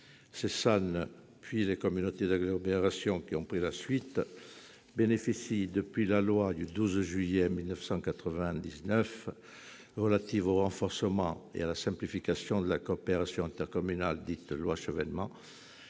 ces SAN, puis les communautés d'agglomération qui ont pris la suite, bénéficient depuis la loi du 12 juillet 1999 relative au renforcement et à la simplification de la coopération intercommunale, dite loi Chevènement,